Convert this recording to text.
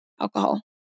alcohol